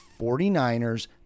49ers